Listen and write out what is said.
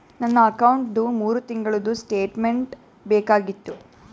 ನನ್ನ ಅಕೌಂಟ್ದು ಮೂರು ತಿಂಗಳದು ಸ್ಟೇಟ್ಮೆಂಟ್ ಬೇಕಾಗಿತ್ತು?